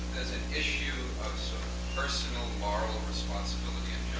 there's an issue of some personal moral responsibility and